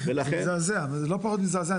מזעזע, לא פחות מזעזע.